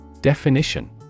Definition